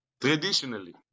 traditionally